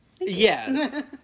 Yes